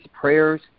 prayers